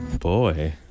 boy